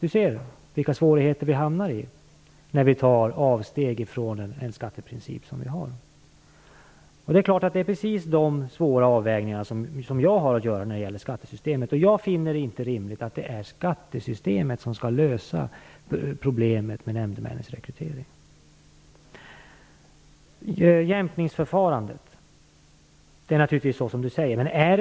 Där ser man vilka svårigheter vi hamnar i när vi gör avsteg ifrån en skatteprincip. Det är precis dessa svåra avvägningar som jag har att göra när det gäller skattesystemet. Jag finner det inte rimligt att det är skattesystemet som skall lösa problemet med rekrytering av nämndemän. När det gäller jämkningsförfarandet är det naturligtvis så som Carl Fredrik Graf säger.